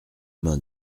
main